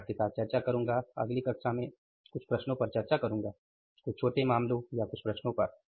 मैं आपके साथ चर्चा करूंगा अगली कक्षा में कुछ प्रश्नों पर चर्चा करूँगा कुछ छोटे मामलों या कुछ प्रश्नों पर